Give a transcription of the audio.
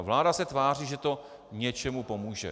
Vláda se tváří, že to něčemu pomůže.